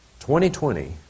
2020